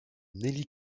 nelly